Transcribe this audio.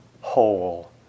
whole